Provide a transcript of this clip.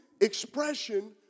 expression